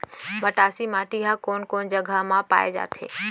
मटासी माटी हा कोन कोन जगह मा पाये जाथे?